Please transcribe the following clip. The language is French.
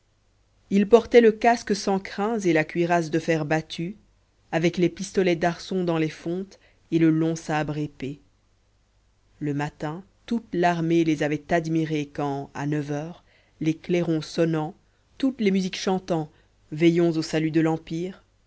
ils portaient le casque sans crins et la cuirasse de fer battu avec les pistolets d'arçon dans les fontes et le long sabre épée le matin toute l'armée les avait admirés quand à neuf heures les clairons sonnant toutes les musiques chantant veillons au salut de l'empire